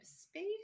space